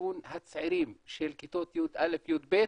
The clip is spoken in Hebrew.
לכיוון הצעירים של כיתות י"א-י"ב,